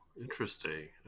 interesting